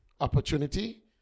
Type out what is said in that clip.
opportunity